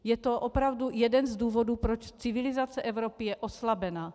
Je to opravdu jeden z důvodů, proč civilizace v Evropě je oslabena.